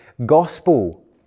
gospel